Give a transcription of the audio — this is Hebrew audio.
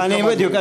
בדיוק.